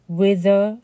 weather